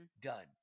done